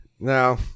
No